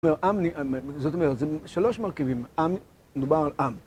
זאת אומרת, זה שלוש מרכיבים, עם, מדובר על עם.